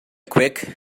quick